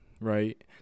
right